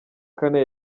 kane